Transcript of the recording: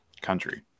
country